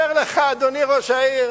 אומר לך: אדוני ראש העיר,